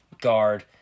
guard